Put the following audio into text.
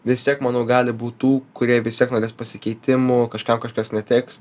vis tiek manau gali būt kurie vis tiek norės pasikeitimų kažkam kažkas netiks